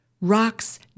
Rocks